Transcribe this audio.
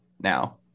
now